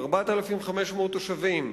4,500 תושבים,